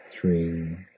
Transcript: three